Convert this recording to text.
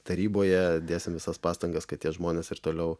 taryboje dėsim visas pastangas kad tie žmonės ir toliau